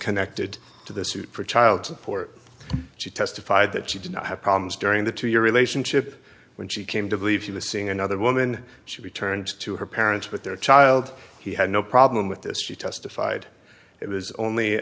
connected to the suit for child support she testified that she did not have problems during the two year relationship when she came to believe she was seeing another woman she returned to her parents with their child he had no problem with this she testified it was only